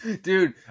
Dude